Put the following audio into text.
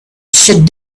should